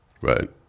Right